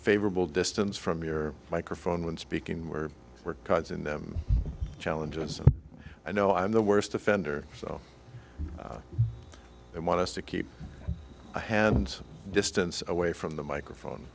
favorable distance from your microphone when speaking where we're causing them challenges i know i'm the worst offender so i want us to keep a hands distance away from the microphone